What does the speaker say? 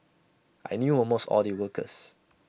I knew almost all the workers